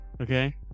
Okay